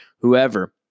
whoever